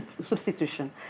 substitution